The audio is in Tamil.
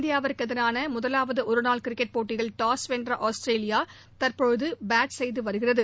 இந்தியா வுக்கு எதிரான முதலாவது ஒருநாள் கிரிக்கெட் போட்டியில் டாஸ் வென்ற ஆஸ்திரேலியா பேட் செய்து வருகிறது